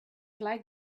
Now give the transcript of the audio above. like